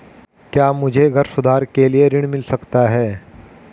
क्या मुझे घर सुधार के लिए ऋण मिल सकता है?